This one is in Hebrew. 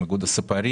עם איגוד הספרים,